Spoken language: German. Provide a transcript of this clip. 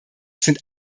sind